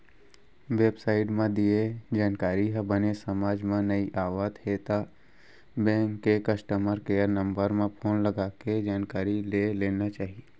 web site म दिये जानकारी ह बने समझ म नइ आवत हे त बेंक के कस्टमर केयर नंबर म फोन लगाके जानकारी ले लेना चाही